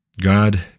God